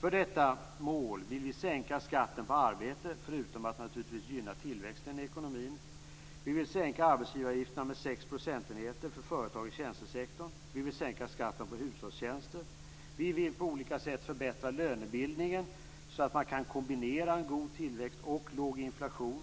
För detta mål vill vi sänka skatten på arbete, förutom att vi naturligtvis vill gynna tillväxten i ekonomin. Vi vill sänka arbetsgivaravgifterna med 6 procentenheter för företag i tjänstesektorn, vi vill sänka skatten på hushållstjänster, och vi vill på olika sätt förbättra lönebildningen så att man kan kombinera en god tillväxt och låg inflation.